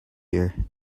year